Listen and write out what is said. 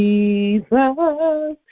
Jesus